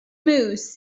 mousse